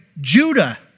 Judah